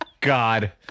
God